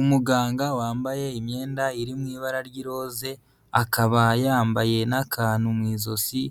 Umuganga wambaye imyenda iri mu ibara ry'iroze, akaba yambaye n'akantu mu izosi